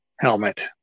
Helmet